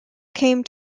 came